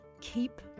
keep